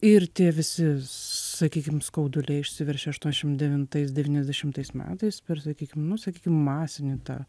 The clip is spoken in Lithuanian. ir tie visi sakykim skauduliai išsiveržė aštuoniasdešimt devintais devyniasdešimtais metais per sakykim nu sakykim masinį tą